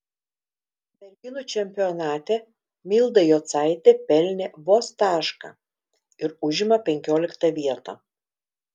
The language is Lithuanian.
merginų čempionate milda jocaitė pelnė vos tašką ir užima penkioliktą vietą